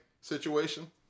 situation